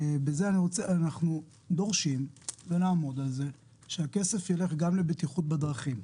אנחנו דורשים ונעמוד על זה שהכסף יילך גם לבטיחות בדרכים.